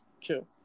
true